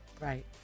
Right